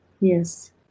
Yes